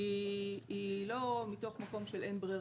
היא לא מתוך מקום של אין ברירה.